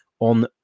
On